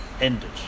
ended